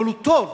אבל הוא טוב,